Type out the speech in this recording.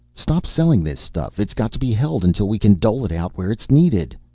stop selling this stuff. it's got to be held until we can dole it out where it's needed.